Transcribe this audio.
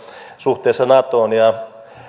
suhteessa natoon ja